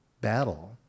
battle